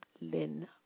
Lynn